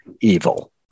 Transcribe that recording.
evil